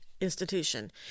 institution